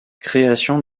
création